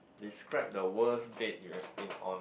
describe the worst date you have been on